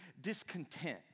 discontent